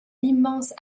l’immense